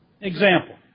Example